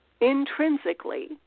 intrinsically